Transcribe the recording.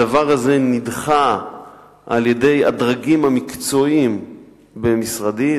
הדבר הזה נדחה על-ידי הדרגים המקצועיים במשרדי,